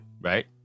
Right